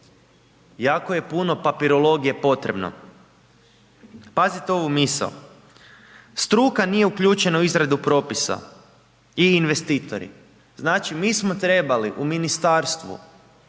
jako je puno papirologije potrebno. Pazite ovu misao, struka nije uključena u izradu propisa i investitori, znači mi smo trebali u ministarstvu